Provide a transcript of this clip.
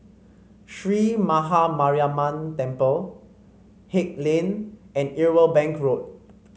Sree Maha Mariamman Temple Haig Lane and Irwell Bank Road